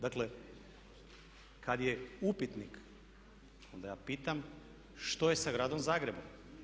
Dakle, kad je upitnik onda ja pitam što je sa Gradom Zagrebom?